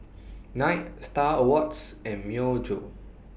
Knight STAR Awards and Myojo